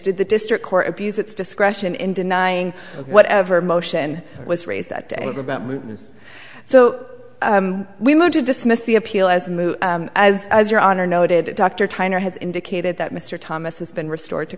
did the district court abuse its discretion in denying whatever motion was raised that day so we moved to dismiss the appeal as a move as your honor noted dr tyner has indicated that mr thomas has been restored to